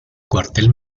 cuartel